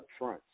upfront